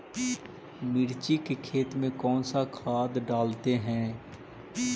मिर्ची के खेत में कौन सा खाद डालते हैं?